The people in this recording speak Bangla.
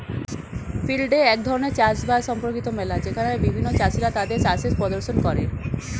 ফিল্ড ডে এক ধরণের চাষ বাস সম্পর্কিত মেলা যেখানে বিভিন্ন চাষীরা তাদের চাষের প্রদর্শন করে